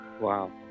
Wow